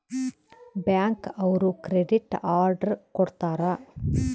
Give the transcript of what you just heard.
bank ಅವ್ರು credit card ಕೊಡ್ತಾರ